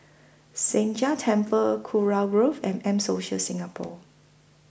Sheng Jia Temple Kurau Rove and M Social Singapore